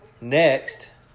Next